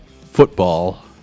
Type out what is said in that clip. football